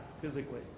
physically